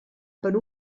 per